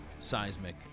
seismic